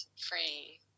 free